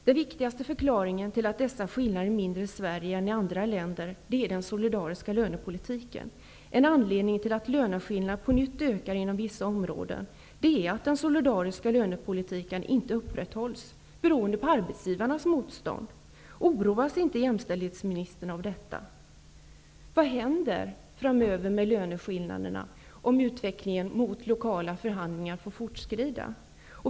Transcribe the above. Den viktigaste förklaringen till att dessa skillnader är mindre i Sverige än i andra länder är den solidariska lönepolitiken. En anledning till att löneskillnaderna på nytt ökar inom vissa områden är att den solidariska lönepolitiken inte upprätthålls, beroende på arbetsgivarnas motstånd. Oroas inte jämställdhetsministern av detta? Vad händer framöver med löneskillnaderna om utvecklingen mot lokala förhandlingar får fortskrida?